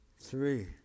Three